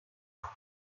now